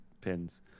pins